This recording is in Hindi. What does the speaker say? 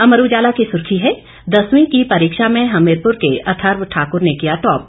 अमर उजाला की सुर्खी है दसवीं की परीक्षा में हमीरपुर के अथर्व ठाकुर ने किया टॉप